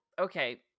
okay